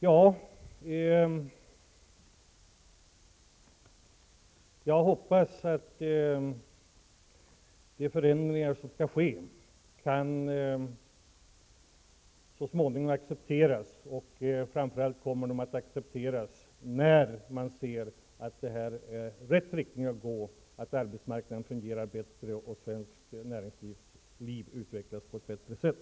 Ja, jag hoppas att de förändringar som skall ske kan accepteras så småningom. Framför allt tror jag att de accepteras när man ser att det här är rätt riktning, att arbetsmarknaden fungerar bättre och svenskt näringsliv utvecklas på ett bättre sätt.